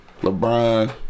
LeBron